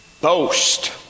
boast